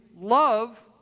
love